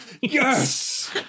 Yes